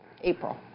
april